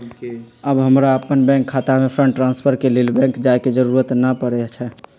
अब हमरा अप्पन बैंक खता में फंड ट्रांसफर के लेल बैंक जाय के जरूरी नऽ परै छइ